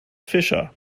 fischer